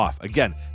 Again